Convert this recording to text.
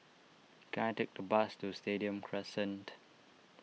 can I take a bus to Stadium Crescent